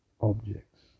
objects